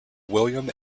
william